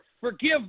forgive